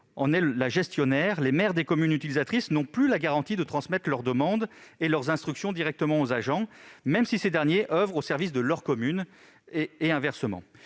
en est la gestionnaire, les maires des communes utilisatrices n'ont plus la garantie de transmettre leurs demandes et leurs instructions directement aux agents, même si ces derniers oeuvrent au service de leurs communes- et inversement.